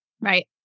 right